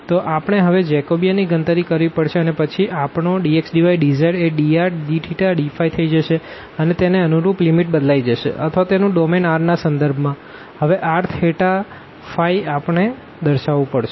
તો આપણે હવે આ જેકોબિયન ની ગણતરી કરવી પડશે અને પછી આપણો dx dy dz એ drdθdϕ થઈ જશે અને તેની અનુરૂપ લિમિટ બદલાઈ જશે અથવા તેનું ડોમેન r ના સંદર્ભમાં હવે r થેટા ફાઈઆપણે દર્શાવવું પડશે